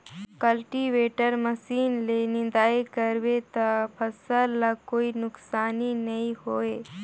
cultivator machine ले निंदई कर बे त फसल ल कोई नुकसानी नई होये